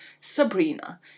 Sabrina